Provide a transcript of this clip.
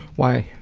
why?